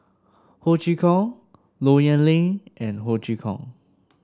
Ho Chee Kong Low Yen Ling and Ho Chee Kong